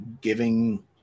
giving